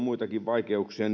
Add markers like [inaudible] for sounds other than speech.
[unintelligible] muitakin vaikeuksia [unintelligible]